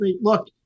Look